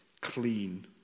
clean